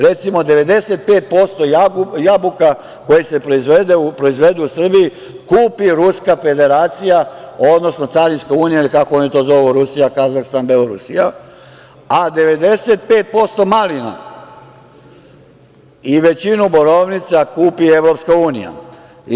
Recimo, 95% jabuka koje se proizvedu u Srbiji kupi Ruska Federacija, odnosno carinska unija ili kako oni to zovu Rusija, Kazahstan, Belorusija, a 95% malina i većinu borovnica kupi Evropska unija.